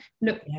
look